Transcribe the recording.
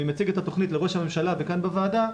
מציג את התוכנית לראש הממשלה וכאן בוועדה,